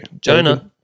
Jonah